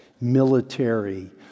military